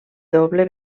doble